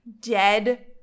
dead